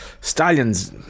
Stallions